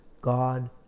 God